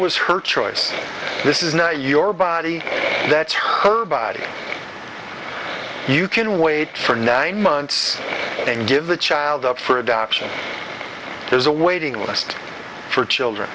was her choice this is not your body that's her body you can wait for nine months and give the child up for adoption there's a waiting list for children